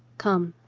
come.